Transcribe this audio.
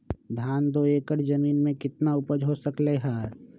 धान दो एकर जमीन में कितना उपज हो सकलेय ह?